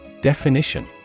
Definition